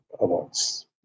awards